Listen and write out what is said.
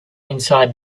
inside